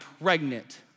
pregnant